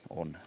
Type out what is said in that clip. on